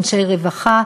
אנשי רווחה,